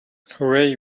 hooray